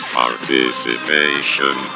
participation